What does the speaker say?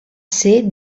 ser